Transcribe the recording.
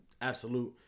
absolute